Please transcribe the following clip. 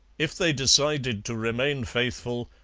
if they decided to remain faithful,